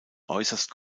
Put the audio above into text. äußerst